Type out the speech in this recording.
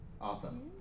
awesome